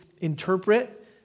interpret